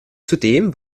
zudem